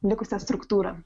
likusią struktūrą